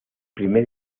primer